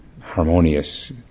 harmonious